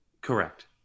Correct